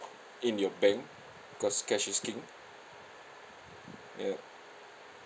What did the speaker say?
in your bank cause cash is king ya